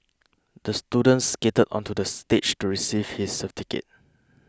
the student skated onto the stage to receive his certificate